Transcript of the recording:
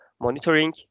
monitoring